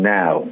now